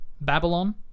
Babylon